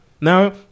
Now